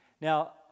Now